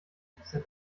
bisher